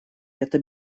это